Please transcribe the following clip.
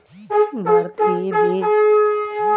भारतीय बीज तिजोरी एक सुरक्षित बीज बैंक है